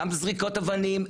גם זריקות אבנים,